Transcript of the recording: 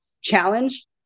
challenge